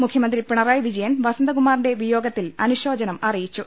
മുഖ്യമന്ത്രി പിണറായി വിജയൻ വസന്തകുമാറിന്റെ വിയോഗത്തിൽ അനുശോചനമറിയിച്ചു